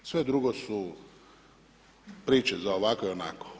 Sve drugo su priče za ovako i onako.